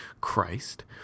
Christ